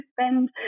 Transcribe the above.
spend